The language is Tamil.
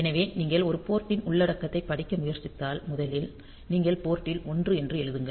எனவே நீங்கள் ஒரு போர்ட் டின் உள்ளடக்கத்தைப் படிக்க முயற்சித்தால் முதலில் நீங்கள் போர்ட் டில் 1 என்று எழுதுங்கள்